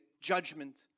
judgment